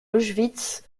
auschwitz